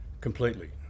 completely